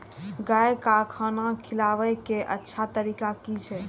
गाय का खाना खिलाबे के अच्छा तरीका की छे?